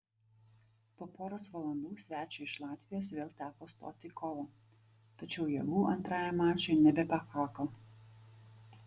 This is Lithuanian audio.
po poros valandų svečiui iš latvijos vėl teko stoti į kovą tačiau jėgų antrajam mačui nebepakako